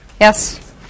Yes